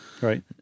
right